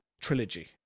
trilogy